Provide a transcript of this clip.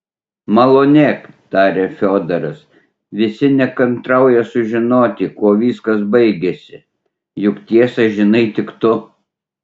malonėk tarė fiodoras visi nekantrauja sužinoti kuo viskas baigėsi juk tiesą žinai tik tu